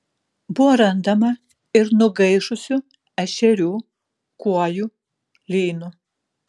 buvo randama ir nugaišusių ešerių kuojų lynų